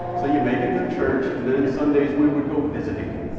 so you make it through church, and then sundays we would go visiting.